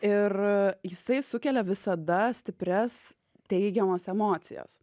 ir jisai sukelia visada stiprias teigiamas emocijas